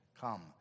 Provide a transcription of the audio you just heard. Come